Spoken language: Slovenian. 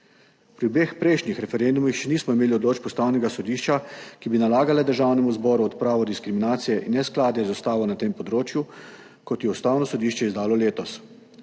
Pri obeh prejšnjih referendumih še nismo imeli odločb Ustavnega sodišča, ki bi nalagala Državnemu zboru odpravo diskriminacije in neskladja z ustavo na tem področju, kot je ustavno sodišče izdalo letos,